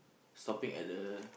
stopping at the